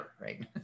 right